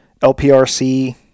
LPRC